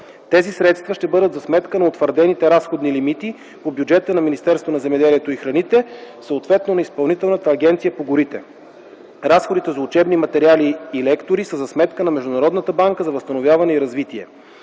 Тези средства ще бъдат за сметка на утвърдените разходни лимити по бюджета на Министерството на земеделието и храните, съответно на Изпълнителната агенция по горите. Разходите за учебни материали и лектори са за сметка на Международната банка за възстановяване и развитие.